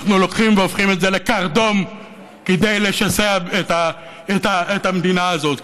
אנחנו הולכים והופכים את זה לקרדום כדי לשסע את המדינה הזאת,